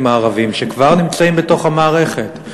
הערבים שכבר נמצאים בתוך המערכת.